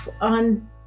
on